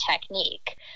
technique